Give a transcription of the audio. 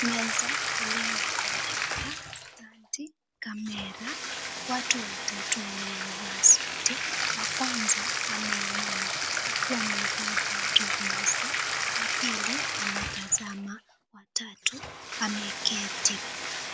Meza iliyo na kompyuta, standi, kamera, watu watatu waliovaa suti. Wakwanza ameinama huku amevaa viatu vyeusi. Wa pili anatazama, wa tatu ameketi.